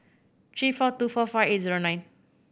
three four two four five eight zero nine